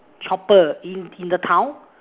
chopper in in the town